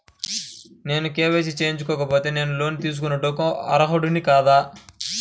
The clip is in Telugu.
నేను కే.వై.సి చేయించుకోకపోతే నేను లోన్ తీసుకొనుటకు అర్హుడని కాదా?